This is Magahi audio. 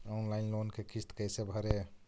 ऑनलाइन लोन के किस्त कैसे भरे?